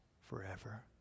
forever